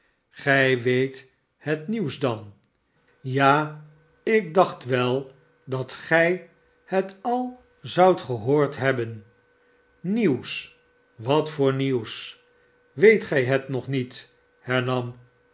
crrj weet het nieuws dan ja ik dacht wel dat gij het al zoudt gehoord hebben nieuws wat voor nieuws weet gij het nog met